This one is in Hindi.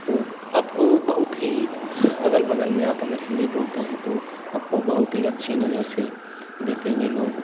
आपको आपको बहुत ही अगल बगल में आप अगर हिंदी बोलते हैं तो आपको बहुत ही अच्छी नज़र से देखेंगे लोग